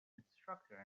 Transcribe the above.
instructor